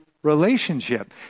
relationship